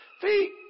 feet